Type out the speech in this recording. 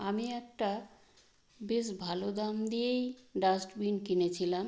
আমি একটা বেশ ভালো দাম দিয়েই ডাস্টবিন কিনেছিলাম